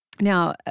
Now